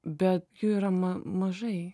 be jų yra ma mažai